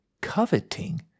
coveting